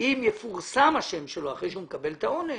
אם יפורסם השם שלו אחרי שהוא מקבל את העונש,